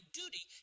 duty